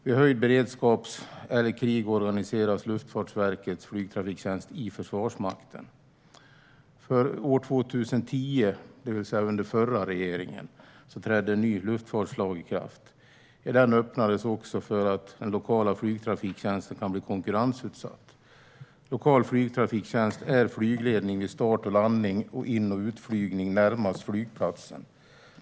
Vid höjd beredskap eller krig organiseras Luftfartsverkets flygtrafiktjänst i Försvarsmakten. År 2010, det vill säga under den förra regeringen, trädde en ny luftfartslag i kraft. I den öppnades också för att den lokala flygtrafiktjänsten kan bli konkurrensutsatt. Lokal flygtrafiktjänst är flygledning vid start och landning och in och utflygning närmast flygplatsen.